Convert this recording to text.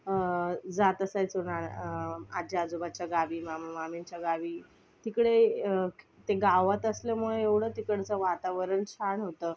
जात असायचो आजी आजोबाच्या गावी मामा मामींच्या गावी तिकडे ते गावात असल्यामुळे एवढं तिकडचं वातावरण छान होतं